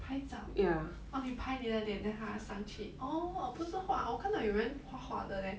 拍照 orh 你拍你的脸 then 他上去 orh 不是画我看到有人画画的 leh